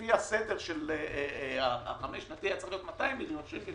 שלפי הסדר החמש שנתי היה צריך להיות 200 מיליון שקל,